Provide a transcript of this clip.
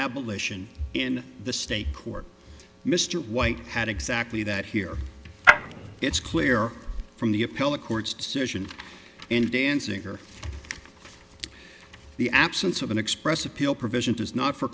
abolition in the state court mr white had exactly that here it's clear from the appellate court's decision and dancing her the absence of an express appeal provisions is not for